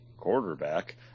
quarterback